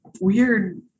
weird